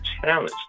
challenge